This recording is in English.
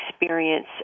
experience